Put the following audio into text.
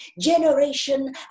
generation